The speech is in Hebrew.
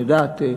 אני יודעת,